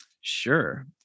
Sure